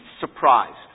surprised